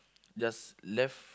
just left